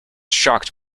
shocked